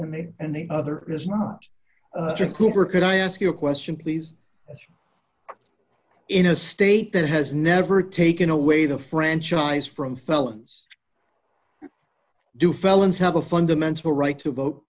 made and the other is not just cooper could i ask you a question please in a state that has never taken away the franchise from felons do felons have a fundamental right to vote